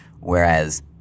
Whereas